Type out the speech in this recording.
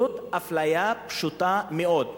זו אפליה פשוטה מאוד.